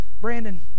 Brandon